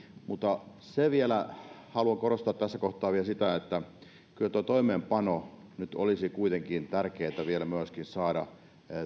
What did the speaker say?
mutta haluan korostaa tässä kohtaa vielä sitä että kyllä tuo toimeenpano nyt olisi kuitenkin tärkeätä saada